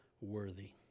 worthy